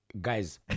guys